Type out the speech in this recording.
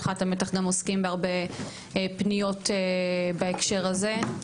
עוסקים בהרבה פניות בהקשר הזה.